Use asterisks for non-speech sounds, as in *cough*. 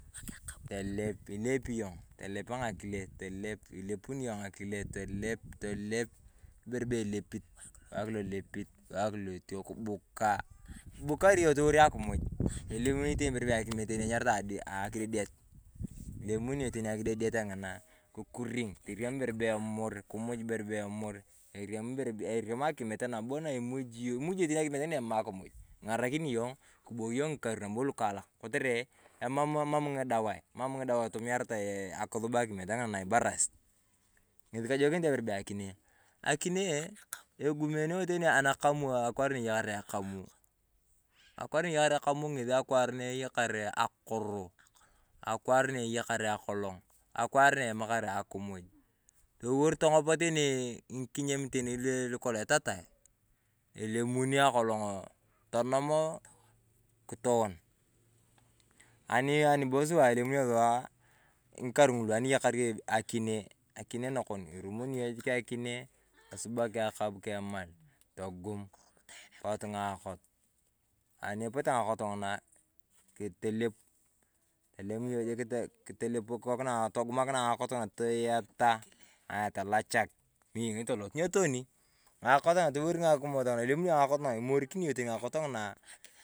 Tolepe ilepi yong, tolepe tolepuni yong ng’akile tolepe tolep ibere bee elepit, kiwak lolepit, kiwak loteo kubukea. Ibukaar yong tolewor akimuj, lolemonite ibere bee akimiet na inyaritae akidedet. Ilemoni yong tani akidedet ng'inaa kikuring buu ebere be emur, akimuj ibere bee emur, toriem ibere bee akimiet nabo na emuji yong, imuji yong tani akimiet ng’ina emam akimuj. King’arakini yong kiboyo ngikar nabo lukalak kotere emam mam ng’idawae. Emam ng’idawae itumiritae akisub akimiet ng’ina aibarasit. Ng’esi kojokinit ayong ibere bee akinee. Akinee eeh egumenio teni anakamu akwaar na eyakare akamu. Akwaar na eyakare akamu ng’esi akwaar n eyakar akoro, akwaar na eyakare akolong, akwaar na emakar akimuj. Towor tong’om tenii ng’ikinyiem teni lu kolong etatae. Eliemuni akolong tonom ooh kitowon. Ani anibo sua elimunio sua ng’ikar ng’oloani eyakar yong akinee, akinee nakon, erumuni yong jik akinee tosubak akab, tosubak email totum potuu ng’akoot. Ani epotee ng’akoot ng'unaa kitelep, tolem yong jik kitelep kikokinae, togumukinae ng’akoot toyataa, tolachak, kimee ng’esi toloto. Nyo toni. Ng’akoot ng’una toliwor *unintelligible* eliemuni yong ng’akoot naa emorikini yong teni ng'akoot ng’uaaa.